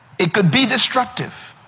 it could be destructive.